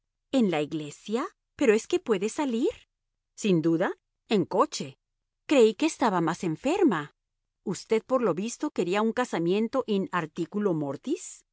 en la iglesia pero es que puede salir sin duda en coche creí que estaba más enferma usted por lo visto quería un casamiento in articulo mortis